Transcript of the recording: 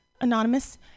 anonymous